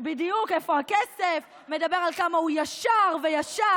בדיוק "איפה הכסף?" מדבר על כמה הוא ישר וישר.